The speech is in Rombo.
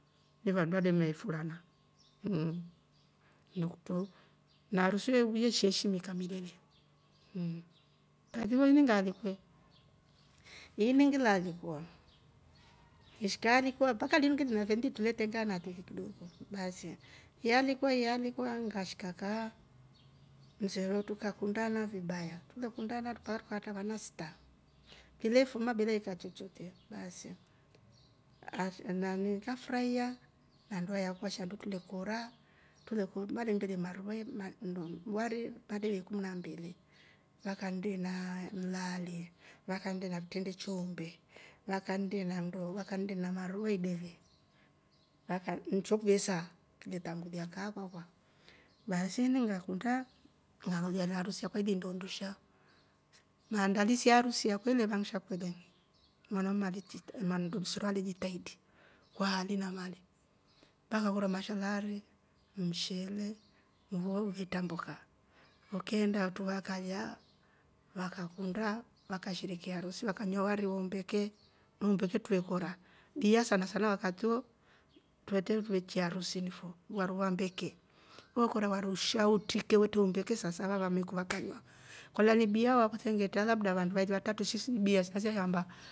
Uva dwade mefurama mhh nikuto maruswei yesheshinika milele mh kwa vile nyi mbali ko welingi lali kwo mshka aarikwa mpaka lingi lavindi ndi tuletenga ate kidoko basi. yalikwa yalikwa ngashkaa msowetu kakundana vibaya tumekundana tukapartana ata nanasta kilefuma bila ikachochote basi ashiumangwi kafurahia mambwaya kuwa shandutu lekora. tule kum marundere marume mandu wari tarehe ikumi n a mbili vakande na mlale vakande na ktindi choombe, vakande na mnduo, vakande na maruedeve. vakam mchoveza kile tangulia kaakwakwa basi nolo lakunda lamuja laharusi ndondosha maandili ya harusi yakweleva shakulem mwanama malita mandu ndumsira lijitaiti kwa hali na male mpaka kuromashalolari mshele mvoviita mboka ukeenda watu wakalia wakakunda wakasherekea harusi wakanuari hoombeke mbeke twekora gia sana wakati huo twetwe twechia harusi mfo waruwa ve mbeke wekora warushautike wote umbeke saa saba vame kuvakanywa kola libia oo wakati ningtala labda vandu wairi watau sisi bia sasehamba.